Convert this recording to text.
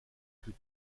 plus